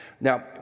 Now